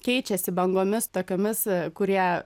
keičiasi bangomis tokiomis kurie